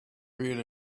reared